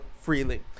freely